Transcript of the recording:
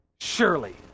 surely